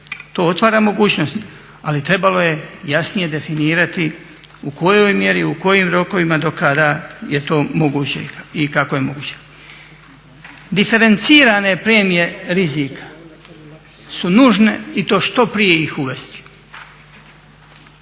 To otvara mogućnost, ali trebalo je jasnije definirati u kojoj mjeri, u kojim rokovima, do kada je to moguće i kako je moguće. Diferencirane premije rizika su nužne i to što prije ih uvesti.